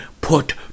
put